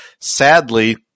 sadly